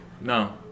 No